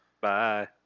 Bye